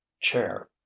chair